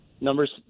numbers